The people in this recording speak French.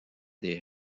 des